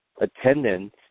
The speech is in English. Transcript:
attendance